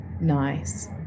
nice